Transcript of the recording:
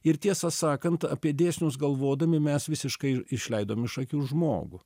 ir tiesą sakant apie dėsnius galvodami mes visiškai išleidom iš akių žmogų